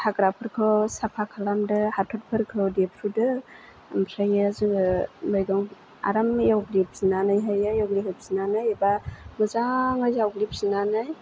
हाग्राफोरखौ साफा खालामदो हाथरफोरखौ देफ्रुबदो ओमफ्रायो जोङो मैगं आराम एवग्लिफिन्नानैहायै एवग्लि होफिन्नानै एबा मोजाङै जावग्लिफिन्नानै